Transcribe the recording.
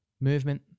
movement